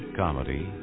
comedy